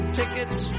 tickets